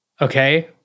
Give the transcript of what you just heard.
okay